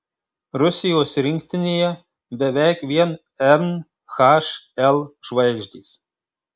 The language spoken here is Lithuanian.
rusijos rinktinėje beveik vien nhl žvaigždės